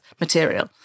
material